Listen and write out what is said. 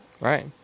Right